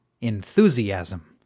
enthusiasm